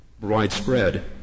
widespread